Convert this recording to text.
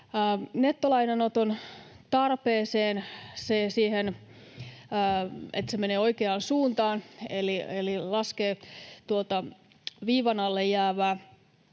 Nettolainanoton tarpeella, että se menee oikeaan suuntaan eli laskee viivan alle jäävän